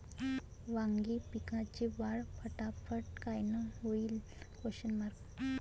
वांगी पिकाची वाढ फटाफट कायनं होईल?